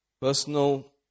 personal